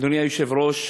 אדוני היושב-ראש,